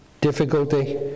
difficulty